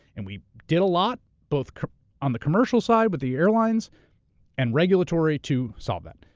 and we did a lot, both on the commercial side with the airlines and regulatory, to solve it.